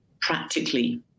practically